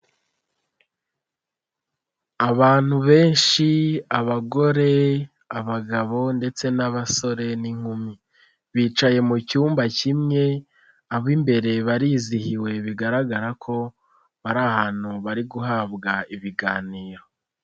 Abantu benshi abagore, abagabo ndetse n'abasore n'inkumi, bicaye mu cyumba kimwe ab'imbere barizihiwe bigaragara ko bari ahantu bari guhabwa ibiganiro.